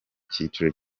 cyiciro